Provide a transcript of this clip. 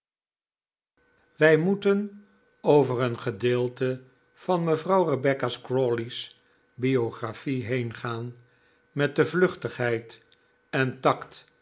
oq ocidq do moeten over een g e d ee lte van mevrouw rebecca crawley's biographie heengaan met de vluchtigheid en tact